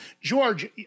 George